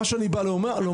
מה שאני בא לומר,